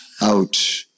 out